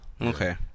Okay